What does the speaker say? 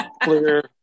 clear